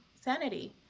sanity